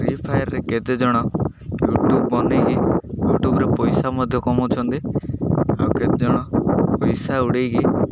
free ଫାୟାରରେ କେତେଜଣ YouTube ବନେଇକି ୟୁଟ୍ୟୁବରେେ ପଇସା ମଧ୍ୟ କମଉଛନ୍ତି ଆଉ କେତେଜଣ ପଇସା ଉଡ଼େଇକି